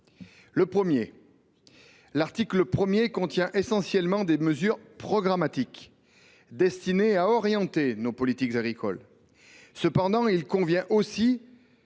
suivie. L’article 1 contient essentiellement des mesures programmatiques, destinées à orienter nos politiques agricoles. Cependant, il contient aussi